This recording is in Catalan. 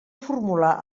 formula